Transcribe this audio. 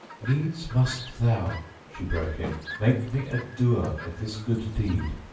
needs must thou, she broke in, make me a doer of this good deed,